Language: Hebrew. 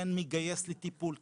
כן מגייס לטיפול,